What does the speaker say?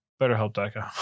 Betterhelp.com